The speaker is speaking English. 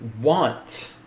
want